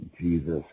Jesus